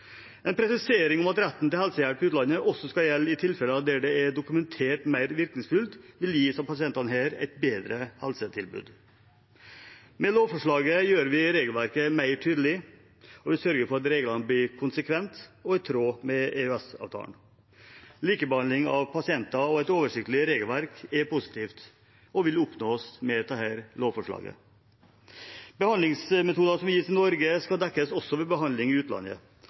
En presisering om at retten til helsehjelp i utlandet også skal gjelde i tilfeller der det er dokumentert mer virkningsfullt, vil gi disse pasientene et bedre helsetilbud. Med lovforslaget gjør vi regelverket tydeligere, og vi sørger for at reglene blir konsekvente og i tråd med EØS-avtalen. Likebehandling av pasienter og et oversiktlig regelverk er positivt og vil oppnås med dette lovforslaget. Behandlingsmetoder som gis i Norge, skal dekkes også ved behandling i utlandet,